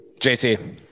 jt